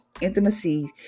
intimacy